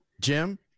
Jim